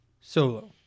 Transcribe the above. Solo